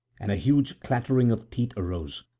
and a huge clattering of teeth arose,